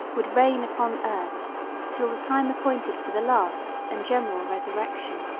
would reign upon earth till the time appointed for the last and general resurrection.